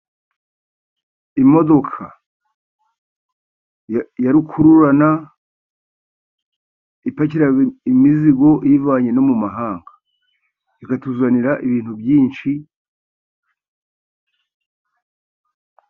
Imodoka ya rukururana ipakira imizigo iyivanye no mu mahanga, ikatuzanira ibintu byinshi.